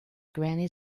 granny